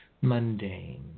mundane